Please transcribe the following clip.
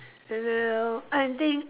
and then err I think